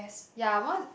ya one is